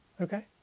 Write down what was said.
Okay